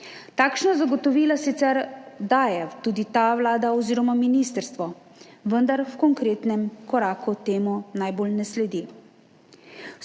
Takšna zagotovila sicer daje tudi ta vlada oziroma ministrstvo, vendar v konkretnem koraku temu najbolj ne sledi.